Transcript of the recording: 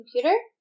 computer